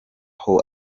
aho